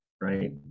right